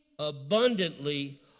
abundantly